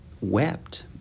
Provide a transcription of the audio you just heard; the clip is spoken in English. wept